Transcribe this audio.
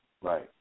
Right